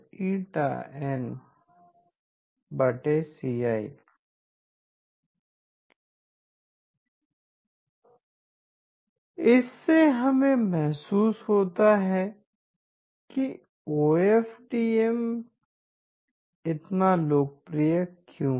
SiSiinCi इससे हमें महसूस होता है कि ओ एफ डी एम इतना लोकप्रिय क्यों है